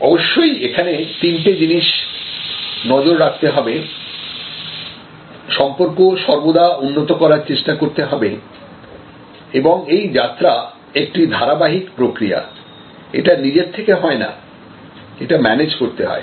অবশ্যই এখানে তিনটে জিনিস নজর রাখতে হবে সম্পর্ক সর্বদা উন্নত করার চেষ্টা করতে হবে এবং এই যাত্রা একটি ধারাবাহিক প্রক্রিয়া এটা নিজে থেকে হয় না এটা ম্যানেজ করতে হয়